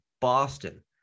Boston